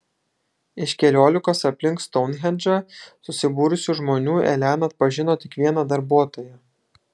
iš keliolikos aplink stounhendžą susibūrusių žmonių elena atpažino tik vieną darbuotoją